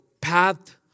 path